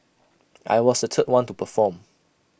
I was the third one to perform